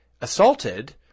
assaulted